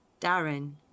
Darren